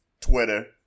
Twitter